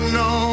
no